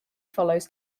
follows